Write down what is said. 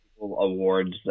awards